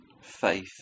faith